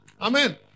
Amen